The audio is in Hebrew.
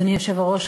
אדוני היושב-ראש,